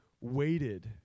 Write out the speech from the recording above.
waited